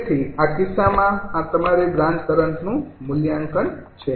તેથી આ કિસ્સામાં આ તમારી બ્રાન્ચ કરંટનું મૂલ્યાંકન છે